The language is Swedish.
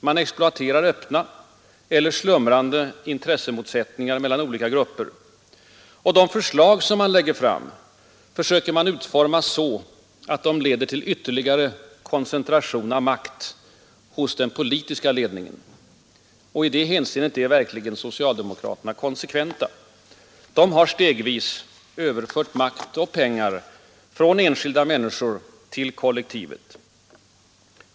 Man exploaterar öppna eller slumrande ihtressemotsättningar mellan olika grupper. Och de förslag man lägger fram försöker man utforma så att de leder till en ytterligare koncentration av makt hos den politiska ledningen. I det hänseendet är socialdemokraterna verkligen konsekventa. De har stegvis överfört makt och pengar från enskilda människor till kollektivet.